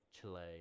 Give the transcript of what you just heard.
Chile